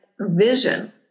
vision